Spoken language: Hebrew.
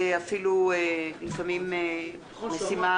לפעמים זאת משימה